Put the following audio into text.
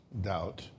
doubt